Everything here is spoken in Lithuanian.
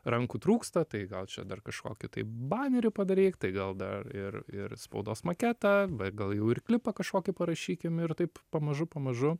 rankų trūksta tai gal čia dar kažkokį tai banerį padaryk tai gal dar ir ir spaudos maketą bet gal jau ir klipą kažkokį parašykim ir taip pamažu pamažu